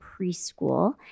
preschool